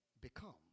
become